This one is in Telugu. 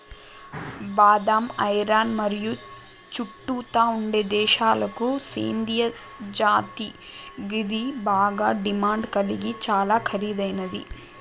బాదం ఇరాన్ మరియు చుట్టుతా ఉండే దేశాలకు సేందిన జాతి గిది బాగ డిమాండ్ గలిగి చాలా ఖరీదైనది